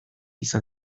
izan